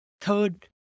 Third